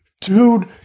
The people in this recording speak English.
Dude